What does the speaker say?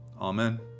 Amen